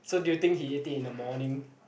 so do you think he ate it in the morning